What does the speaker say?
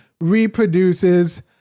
reproduces